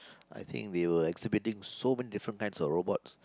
I think they were exhibiting so many different kinds of robots